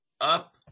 up